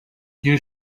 you